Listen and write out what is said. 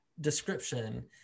description